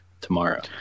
tomorrow